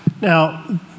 Now